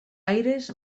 aires